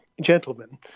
gentlemen